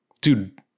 Dude